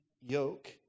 yoke